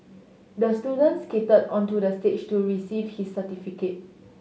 the student skated onto the stage to receive his certificate